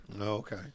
Okay